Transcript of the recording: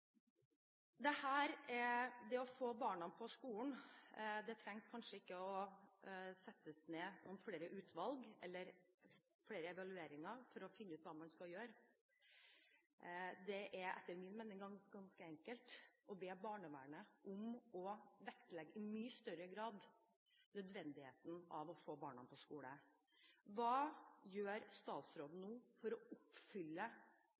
det å få barna på skolen, trenger man kanskje ikke å sette ned noen flere utvalg eller ha flere evalueringer for å finne ut hva man skal gjøre. Det er etter min mening ganske enkelt: Be barnevernet å vektlegge i mye større grad nødvendigheten av å få barna på skolen. Hva gjør statsråden nå for å oppfylle